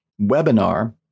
webinar